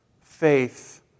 faith